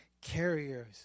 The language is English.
carriers